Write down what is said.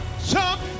jump